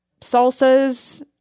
salsas